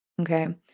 Okay